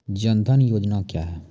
जन धन योजना क्या है?